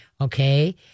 okay